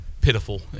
pitiful